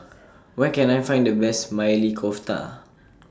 Where Can I Find The Best Maili Kofta